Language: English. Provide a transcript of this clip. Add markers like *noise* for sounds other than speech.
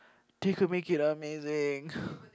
they could make it amazing *breath*